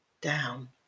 Down